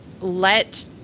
let